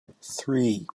three